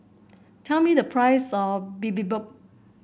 tell me the price of Bibimbap